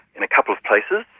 in a couple of places,